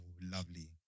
lovely